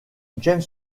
james